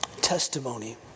testimony